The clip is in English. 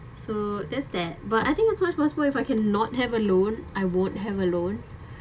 so there's that but I think as much for school if I can not have a loan I won't have a loan